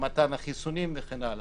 במתן החיסונים וכן הלאה,